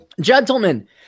gentlemen